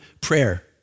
prayer